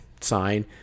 sign